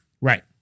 right